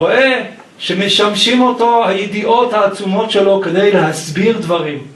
רואה שמשמשים אותו הידיעות העצומות שלו כדי להסביר דברים